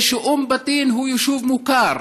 זה שאום בטין הוא יישוב מוכר,